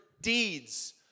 deeds